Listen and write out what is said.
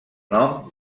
nom